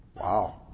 Wow